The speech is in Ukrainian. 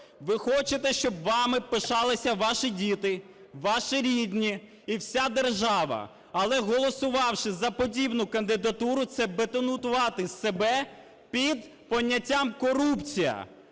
Ви хочете, щоб вами пишалися ваші діти, ваші рідні і вся держава, але, голосувавши за подібну кандидатуру, це бетонувати себе під поняттям "корупція",